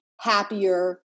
happier